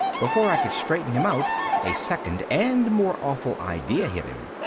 before i could straighten him out a second and more awful idea hit him.